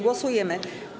Głosujemy.